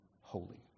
holy